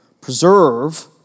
preserve